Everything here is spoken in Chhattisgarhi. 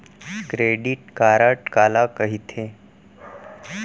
क्रेडिट कारड काला कहिथे?